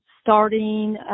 starting